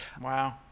wow